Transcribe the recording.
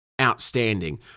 outstanding